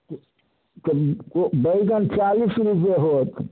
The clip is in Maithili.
बैगन चालीस रूपये होत